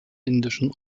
indischen